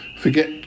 forget